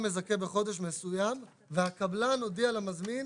בחודש מסוים והקבלן הודיע למזמין